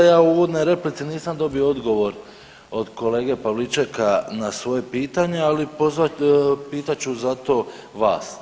Ja u uvodnoj replici nisam dobio odgovor od kolege Pavličeka na svoje pitanje, ali pozvat, pitat ću zato vas.